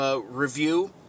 review